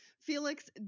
Felix